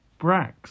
Brax